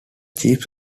chief